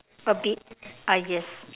a bit I guess